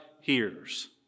hears